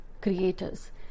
creators